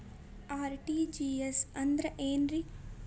RTGS ಅಂದ್ರ ಏನ್ರಿ?